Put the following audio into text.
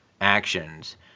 actions